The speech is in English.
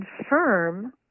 confirm